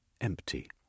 empty